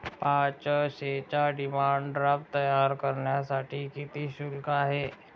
पाचशेचा demand draft तयार करण्यासाठी किती शुल्क आहे?